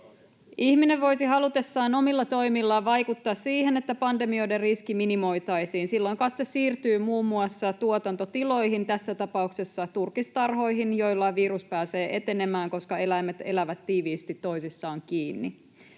Ihminen voisi halutessaan omilla toimillaan vaikuttaa siihen, että pandemioiden riski minimoitaisiin. Silloin katse siirtyy muun muassa tuotantotiloihin, tässä tapauksessa turkistarhoihin, joilla virus pääsee etenemään, koska eläimet elävät tiiviisti toisissaan kiinni.